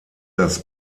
das